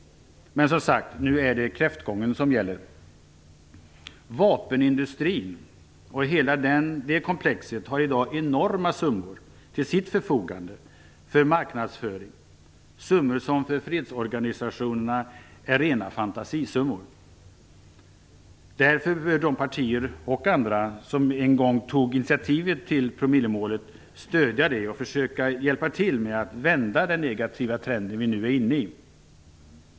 Men som sagt, nu är det kräftgång som gäller. Vapenindustrin och hela det komplexet har i dag enorma summor till sitt förfogande för marknadsföring, summor som för fredsorganisationerna är rena fantasisummor. Därför bör de partier - och även andra - som en gång tog initiativet till promillemålet stödja det och hjälpa till med att vända den negativa trend som vi nu är inne i.